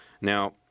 Now